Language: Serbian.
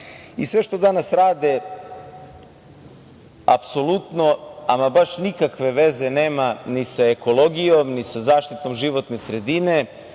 sve što danas rade, apsolutno, ama baš nikakve veze nema ni sa ekologijom, ni sa zaštitom životne sredine.